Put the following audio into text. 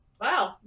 Wow